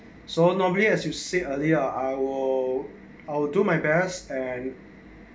so normally as you said earlier I'll I'll do my best and